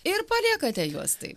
ir paliekate juos taip